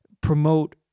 promote